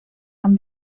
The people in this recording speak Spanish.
han